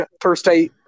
Thursday